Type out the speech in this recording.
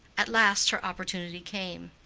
at last her opportunity came.